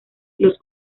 los